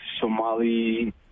Somali